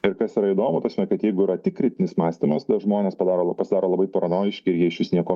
ir kas yra įdomu ta prasmekad jeigu yra tik kritinis mąstymas tie žmonės padaro pasidaro labai paranojiškiir jie išvis niekuom